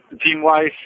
Team-wise